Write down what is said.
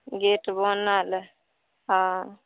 gate बनल हइ हँ